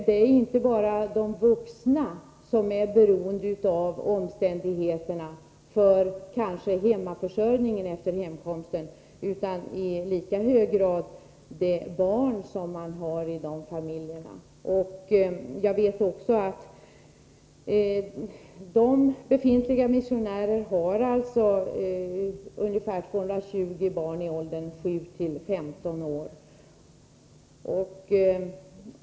Det är inte bara de vuxna som är beroende av omständigheterna för hemmaförsörjningen efter hemkomsten, utan i lika hög grad de barn som finnsi familjerna. Jag vet att de i dag befintliga missionärerna har ungefär 220 barn i åldern 7-15 år.